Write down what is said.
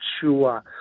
sure